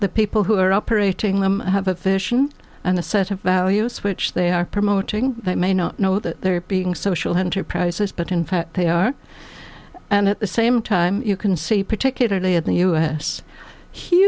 the people who are operating them have a vision and a set of values which they are promoting they may not know that they're being social enterprises but in fact they are and at the same time you can see particularly in the u